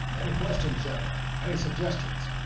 any questions, general, any suggestions?